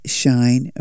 shine